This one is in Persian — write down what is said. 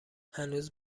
هنوز